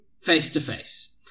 face-to-face